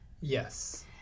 Yes